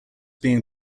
being